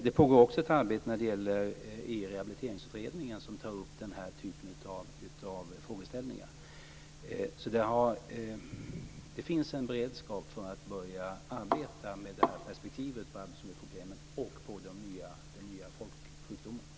Det pågår också ett arbete i Rehabiliteringsutredningen där man tar upp den här typen av frågeställningar. Det finns alltså en beredskap för att börja arbeta med detta perspektiv på arbetsmiljöproblemen och på den nya folksjukdomen.